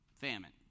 Famine